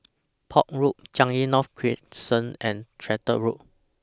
Port Road Changi North Crescent and Tractor Road